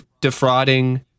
defrauding